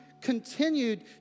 continued